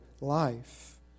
life